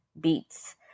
beats